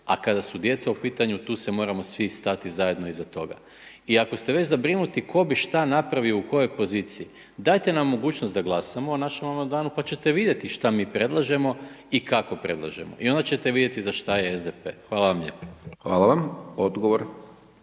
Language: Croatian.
a kada su djeca u pitanju, tu se moramo svi stati zajedno iza toga. I ako ste već zabrinuti tko bi šta napravio u kojoj poziciji, dajte nam mogućnost da glasamo o našem Amandmanu, pa ćete vidjeti šta mi predlažemo i kako predlažemo i onda ćete vidjeti za šta je SDP-a. Hvala vam lijepo.